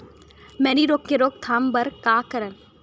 मैनी रोग के रोक थाम बर का करन?